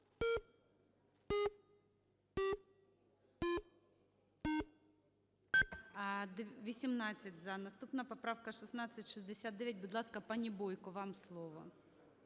За-18 Наступна поправка - 1669. Будь ласка, пані Бойко, вам слово.